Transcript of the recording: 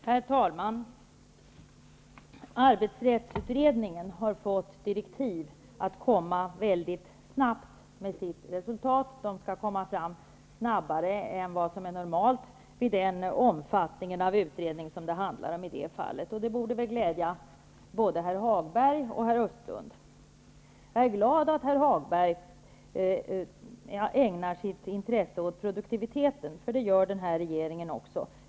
Herr talman! Arbetsrättsutredningen har fått direktiv att lägga fram sitt resultat mycket snabbt. Den skall arbeta snabbare än vad som är normalt när det gäller en utredning av denna omfattning. Det borde väl glädja både herr Hagberg och herr Jag är glad över att herr Hagberg intresserar sig för produktiviteten. Det gör denna regering också.